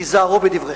תיזהרו בדבריכם.